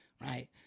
Right